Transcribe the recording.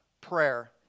prayer